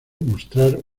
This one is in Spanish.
mostrar